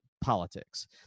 politics